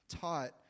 taught